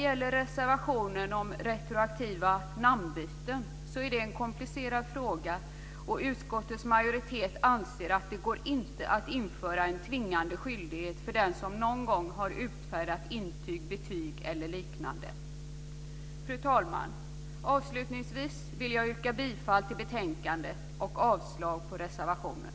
Frågan om retroaktiva namnbyten som tas upp i reservationen är komplicerad, och utskottets majoritet anser att det inte går att införa en tvingande skyldighet för den som någon gång har utfärdat intyg, betyg eller liknande. Fru talman! Avslutningsvis vill jag yrka bifall till hemställan i betänkandet och avslag på reservationen.